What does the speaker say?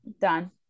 Done